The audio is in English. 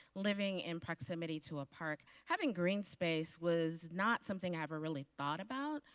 living in proximity to a park, having green space was not something i ever really thought about.